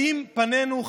האם פנינו,